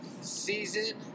season